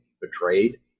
betrayed